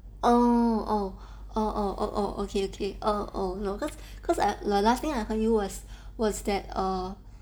oh oh orh err err oh um okay okay oh um no cause the last time I heard you was that err